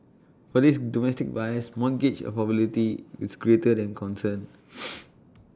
for these domestic buyers mortgage affordability is greater than concern